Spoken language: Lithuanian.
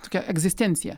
tokią egzistenciją